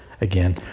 again